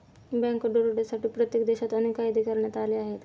bank दरोड्यांसाठी प्रत्येक देशात अनेक कायदे करण्यात आले आहेत